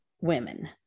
women